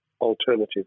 alternative